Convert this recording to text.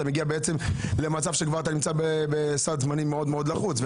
אתה מגיע בעצם למצב שאתה כבר נמצא בסד זמנים מאוד מאוד לחוץ.